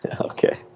Okay